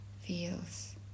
feels